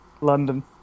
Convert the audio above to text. London